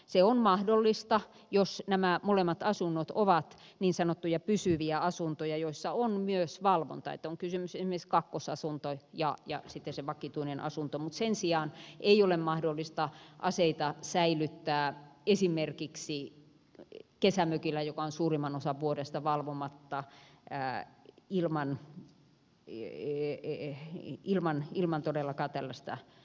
se on mahdollista jos nämä molemmat asunnot ovat niin sanottuja pysyviä asuntoja joissa on myös valvonta että on kysymyksessä esimerkiksi kakkosasunto ja sitten se vakituinen asunto mutta sen sijaan ei ole mahdollista aseita säilyttää esimerkiksi kesämökillä joka on suurimman osan vuodesta valvomatta ilman todellakaan tällaista valvontaa